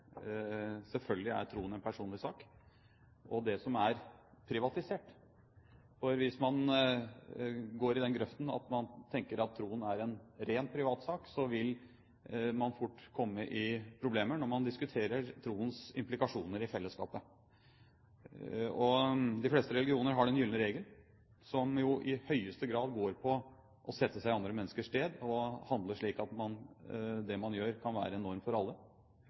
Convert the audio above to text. selvfølgelig er troen en personlig sak – og det som er privatisert. Hvis man går i den grøften at man tenker at troen er en ren privatsak, vil man fort komme i problemer når man diskuterer troens implikasjoner i fellesskapet. De fleste religioner har en gyllen regel som i høyeste grad går på å sette seg i andre menneskers sted og handle slik at det man gjør, kan være en norm for alle.